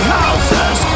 houses